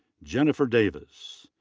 jennifer davis.